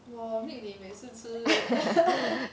我 meet 你每次吃